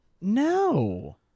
No